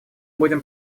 будем